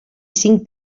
cinc